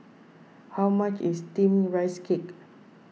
how much is Steamed Rice Cake